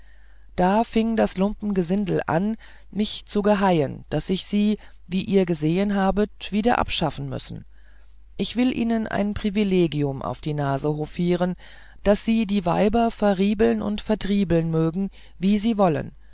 da fieng das lumpengesind an mich zu geheien daß ich sie wie ihr gesehen habet wieder abschaffen müssen ich will ihnen ein privilegium auf die nase hofieren daß sie die weiber verrieblen und vertrieblen mögen wie sie wollen